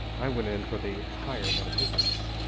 i went in for the higher metaphysics.